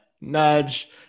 Nudge